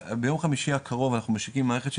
ביום חמישי הקרוב אנחנו משיקים מערכת של